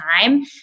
time